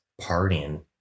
partying